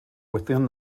within